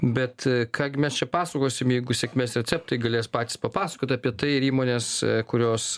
bet ką gi mes čia pasakosim jeigu sėkmės receptai galės patys papasakot apie tai ir įmonės kurios